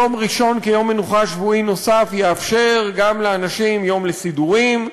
יום ראשון כיום מנוחה שבועי נוסף יאפשר גם לאנשים יום לסידורים,